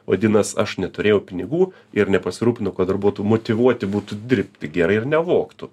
vadinas aš neturėjau pinigų ir nepasirūpinau kad darbuotojai motyvuoti būtų dirbti gerai ir nevogtų